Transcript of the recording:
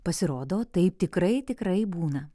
pasirodo taip tikrai tikrai būna